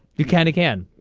you can again.